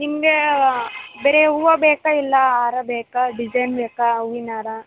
ನಿಮಗೆ ಬರಿ ಹೂವು ಬೇಕೋ ಇಲ್ಲ ಹಾರ ಬೇಕೋ ಡಿಸೈನ್ ಬೇಕೋ ಹೂವಿನ್ ಹಾರ